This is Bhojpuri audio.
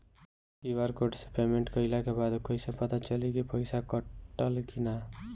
क्यू.आर कोड से पेमेंट कईला के बाद कईसे पता चली की पैसा कटल की ना?